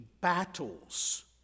battles